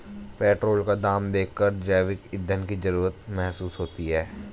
petrol का दाम देखकर जैविक ईंधन की जरूरत महसूस होती है